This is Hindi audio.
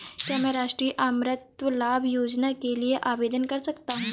क्या मैं राष्ट्रीय मातृत्व लाभ योजना के लिए आवेदन कर सकता हूँ?